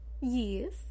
Yes